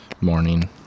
morning